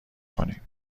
کنیم